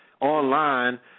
Online